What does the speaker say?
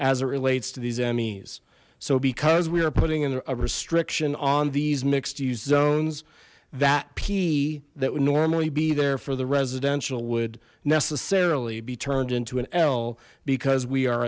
as it relates to these emmys so because we are putting in a restriction on these mixed use zones that p that would normally be there for the residential would necessarily be turned into an l because we are